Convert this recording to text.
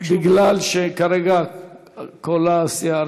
בגלל שכרגע כל הסיעה,